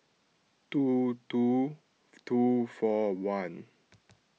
two two two four one